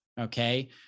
Okay